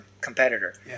competitor